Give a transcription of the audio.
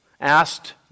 asked